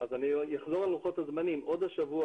אז אני אחזור על לוחות הזמנים: עוד השבוע,